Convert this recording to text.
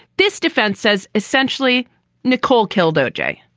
this defense says essentially nicole killed o j.